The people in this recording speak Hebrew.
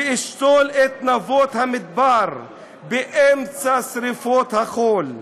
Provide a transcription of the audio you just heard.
/ ואשתול את נאות המדבר / באמצע שרפות החול,